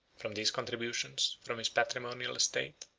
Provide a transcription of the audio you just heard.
from these contributions, from his patrimonial estate,